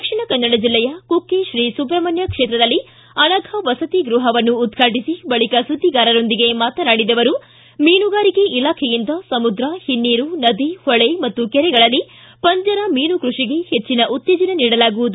ದಕ್ಷಿಣ ಕನ್ನಡ ಜಿಲ್ಲೆಯ ಕುಕ್ಕೆ ಶ್ರೀ ಸುಬ್ರಹಣ್ಯ ಕ್ಷೇತ್ರದಲ್ಲಿ ಅನಫ ವಸತಿ ಗೃಹವನ್ನು ಉದ್ಘಾಟಿಸಿ ಬಳಕ ಸುದ್ದಿಗಾರರೊಂದಿಗೆ ಮಾತನಾಡಿದ ಅವರು ಮೀನುಗಾರಿಕೆ ಇಲಾಖೆಯಿಂದ ಸಮುದ್ರ ಹಿನ್ನೀರು ನದಿ ಹೊಳೆ ಮತ್ತು ಕೆರೆಗಳಲ್ಲಿ ಪಂಜರ ಮೀನು ಕೃಷಿಗೆ ಹೆಚ್ಚಿನ ಉತ್ತೇಜನ ನೀಡಲಾಗುವುದು